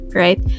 right